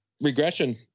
regression